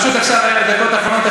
פשוט עכשיו בדקות האחרונות,